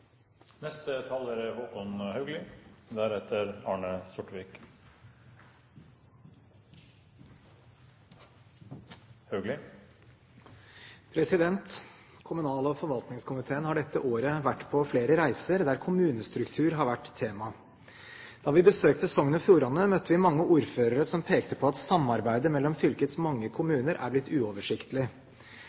Kommunal- og forvaltningskomiteen har dette året vært på flere reiser der kommunestruktur har vært tema. Da vi besøkte Sogn og Fjordane, møtte vi mange ordførere som pekte på at samarbeidet mellom fylkets mange kommuner er blitt uoversiktlig.